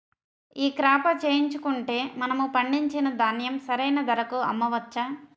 ఈ క్రాప చేయించుకుంటే మనము పండించిన ధాన్యం సరైన ధరకు అమ్మవచ్చా?